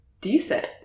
decent